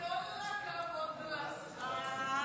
וכל הכבוד לשר,